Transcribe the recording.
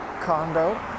condo